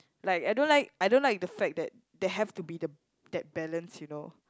like I don't like I don't like the fact that they have to be the that balance you know